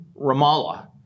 Ramallah